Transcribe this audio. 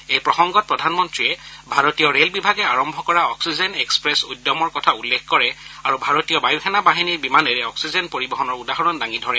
এই প্ৰসংগত প্ৰধানমন্ত্ৰীয়ে ভাৰতীয় ৰেল বিভাগে আৰম্ভ কৰা অপ্সিজেন এক্সপ্ৰেছ উদ্যমৰ কথা উল্লেখ কৰে আৰু ভাৰতীয় বায়ুসেনা বাহিনীৰ বিমানেৰে অক্সিজেন পৰিবহণৰ উদাহৰণ দাঙি ধৰে